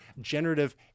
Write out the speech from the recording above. generative